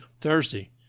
Thursday